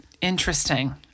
Interesting